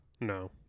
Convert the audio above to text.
no